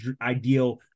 ideal